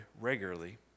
regularly